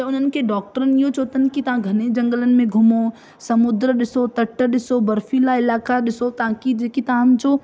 त हुननि खे डॉक्टर इहो चओ अथनि की तव्हां घने झंगलनि में घुमो समुंडु ॾिसो तट ॾिसो बर्फ़ीला इलाइक़ा ॾिसो ताक़ी जेकी तव्हांजो